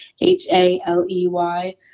h-a-l-e-y